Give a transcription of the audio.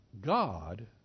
God